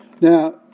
Now